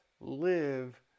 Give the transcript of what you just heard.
Live